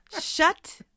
Shut